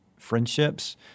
friendships